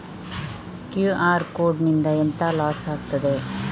QR code ನಿಂದ ಎಂತ loss ಆಗ್ತದೆ?